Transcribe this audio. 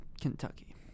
Kentucky